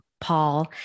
Paul